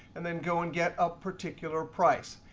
and then go and get a particular price.